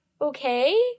okay